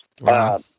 Wow